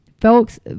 Folks